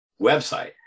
website